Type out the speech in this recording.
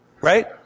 Right